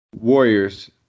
Warriors